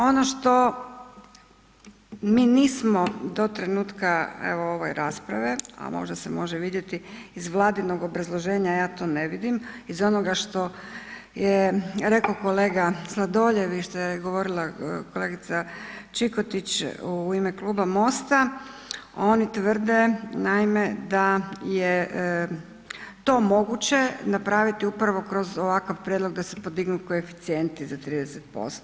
Ono što mi nismo do trenutka evo ove rasprave, a možda se može vidjeti iz Vladinog obrazloženja, ja to ne vidim, iz onoga što je reko kolega Sladoljev… … i što je govorila kolegica Čikotić u ime kluba Mosta, oni tvrde naime da je to moguće napraviti upravo kroz ovakav prijedlog da se podignu koeficijenti za 30%